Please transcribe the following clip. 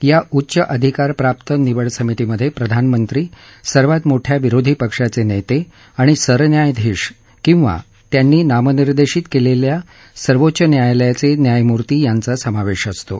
या उच्च अधिकार प्राप्त निवड समितीमध्ये प्रधानमंत्री सर्वात मोठ्या विरोधी पक्षाचे नेते आणि सरन्यायाधीश किंवा त्यांनी नामनिर्देशीत केलेल्या सर्वोच्च न्यायालयाचे न्यायमुर्ती यांचा समावेश असतो